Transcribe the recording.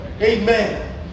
Amen